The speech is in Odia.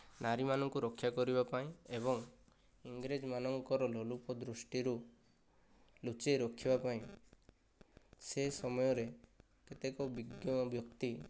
ନାରୀ ମାନଙ୍କୁ ରକ୍ଷା କରିବା ପାଇଁ ଏବଂ ଇଂରେଜ ମାନଙ୍କର ଲୋଲୁପ ଦୃଷ୍ଟିରୁ ଲୁଚେଇ ରଖିବା ପାଇଁ ସେ ସମୟରେ କେତେକ ଵିଜ୍ଞ ବ୍ୟକ୍ତି